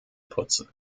putzen